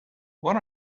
what